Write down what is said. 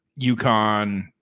UConn